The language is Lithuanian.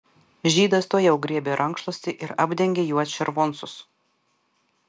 žydas tuojau griebė rankšluostį ir apdengė juo červoncus